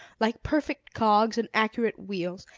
like perfect cogs and accurate wheels,